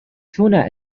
tuna